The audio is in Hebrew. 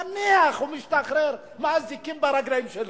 נניח שהוא משתחרר מהאזיקים ברגליים שלו,